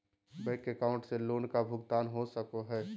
Bank account से loan का भुगतान हो सको हई?